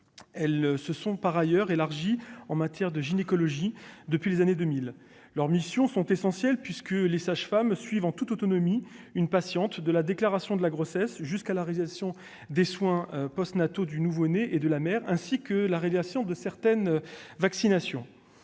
elles se sont par ailleurs élargies en matière de gynécologie, depuis les années 2000, leurs missions sont essentiels puisque les sages-femmes suivent en toute autonomie une patiente de la déclaration de la grossesse jusqu'à la réalisation des soins post-nataux du nouveau-né et de la mer, ainsi que la réalisation de certaines vaccinations,